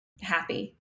happy